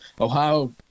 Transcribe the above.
Ohio